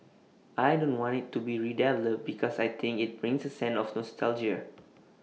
I don't want IT to be redeveloped because I think IT brings A sense of nostalgia